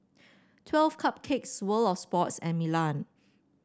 Twelve Cupcakes World Of Sports and Milan